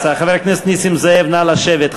חבר הכנסת נסים זאב, נא לשבת.